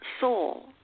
soul